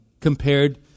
compared